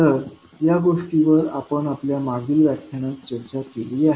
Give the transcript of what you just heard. तर या गोष्टींवर आपण आपल्या मागील व्याख्यानात चर्चा केली आहे